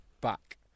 back